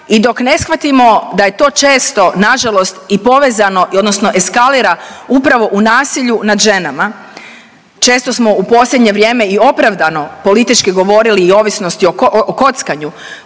i dok ne shvatimo da je to često na žalost i povezano, odnosno eskalira upravo u nasilju nad ženama. Često smo u posljednje vrijeme i opravdano politički govorili i o ovisnosti o kockanju